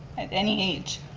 at any age.